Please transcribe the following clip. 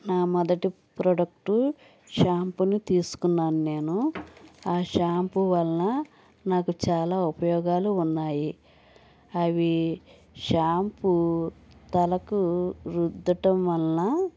నా మొదటి ప్రోడక్టు షాంపును తీసుకున్నాన్ నేను ఆ షాంపు వల్ల నాకు చాలా ఉపయోగాలు ఉన్నాయి అవి షాంపు తలకు రుద్దటం వల్ల